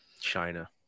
China